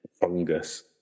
Fungus